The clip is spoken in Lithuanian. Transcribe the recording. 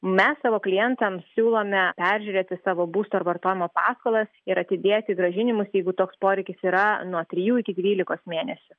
mes savo klientams siūlome peržiūrėti savo būsto ir vartojimo paskolas ir atidėti grąžinimus jeigu toks poreikis yra nuo trijų iki dvylikos mėnesių